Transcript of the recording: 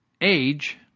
age